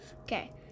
Okay